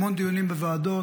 המון דיונים בוועדות,